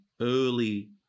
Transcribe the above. early